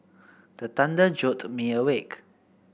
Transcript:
the thunder jolt me awake